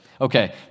Okay